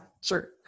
sure